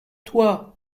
toi